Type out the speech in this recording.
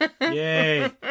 Yay